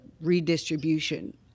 redistribution